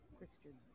Christian